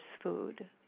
food